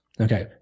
Okay